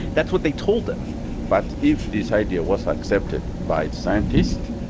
that's what they told him but if this idea was accepted by scientists,